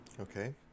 Okay